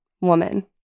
woman